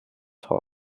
talk